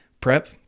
PREP